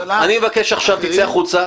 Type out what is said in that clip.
מבקש שתצא החוצה,